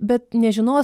bet nežinos